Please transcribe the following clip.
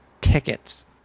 tickets